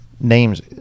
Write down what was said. names